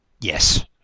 Yes